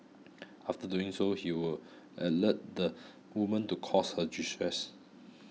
after doing so he would alert the woman to cause her distress